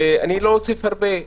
ואני לא אוסיף הרבה.